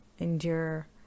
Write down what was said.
endure